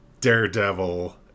daredevil